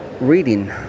reading